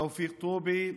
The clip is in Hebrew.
תאופיק טובי,